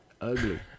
Ugly